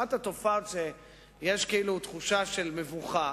אחת התופעות שבהן יש כאילו תחושה של מבוכה